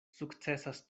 sukcesas